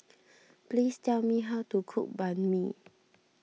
please tell me how to cook Banh Mi